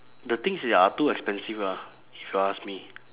the things is are too expensive ah if you ask me